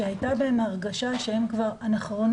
שהייתה בהם הרגשה שהם אנכרוניסטיים